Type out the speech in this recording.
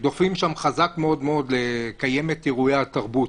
דוחפים שם חזק מאוד מאוד לקיים את אירועי התרבות,